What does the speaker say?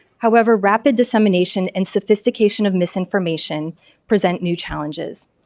however rapid dissemination and sophistication of misinformation present new challenges.